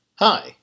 Hi